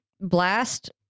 blast